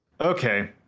Okay